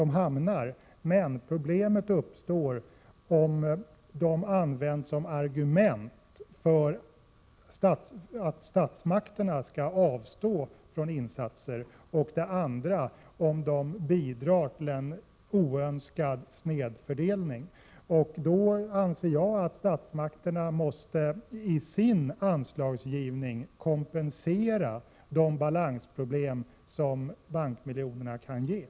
Men det uppstår problem, dels om de används som argument för att statsmakterna skall avstå från insatser, dels om de bidrar till en oönskad snedfördelning. Jag — Prot. 1987/88:90 anser att statsmakterna i sin anslagsgivning måste kompensera de balanspro 23 mars 1988 blem som bankmiljonerna kan skapa.